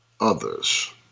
others